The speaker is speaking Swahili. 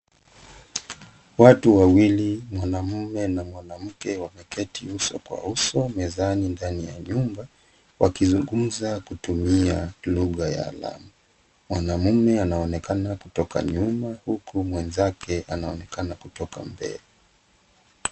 Watu wawili, mwanaume na mwanamke wameketi uso kwa uso mezani ndani ya nyumba wakizungumza kutumia lugha ya alama. Mwanaume anaonekana kutoka nyuma huku mwenzake anaonekana kutoka mbele.